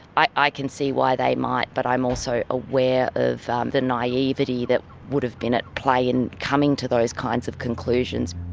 i can see why they might, but i'm also aware of the naivete that would have been at play in coming to those kinds of conclusions.